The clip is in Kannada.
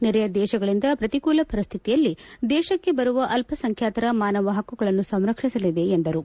ನೆರೆಯ ದೇಶಗಳಿಂದ ಪ್ರತಿಕೂಲ ಪರಿಸ್ಥಿತಿಯಲ್ಲಿ ದೇಶಕ್ಕೆ ಬರುವ ಅಲ್ಲಸಂಬ್ಲಾತರ ಮಾನವ ಹಕ್ಕುಗಳನ್ನು ಸಂರಕ್ಷಿಸಲಿದೆ ಎಂದರು